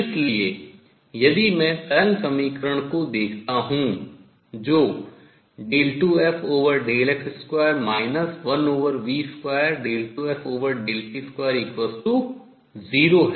इसलिए यदि मैं तरंग समीकरण को देखता हूँ जो 2fx2 1v22ft20 है